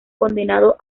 condenado